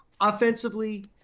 offensively